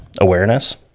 awareness